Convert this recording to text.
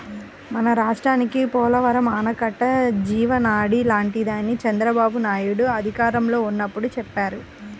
మన రాష్ట్రానికి పోలవరం ఆనకట్ట జీవనాడి లాంటిదని చంద్రబాబునాయుడు అధికారంలో ఉన్నప్పుడు చెప్పేవారు